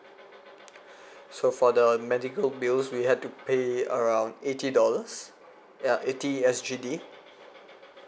so for the medical bills we had to pay around eighty dollars ya eighty S_G_D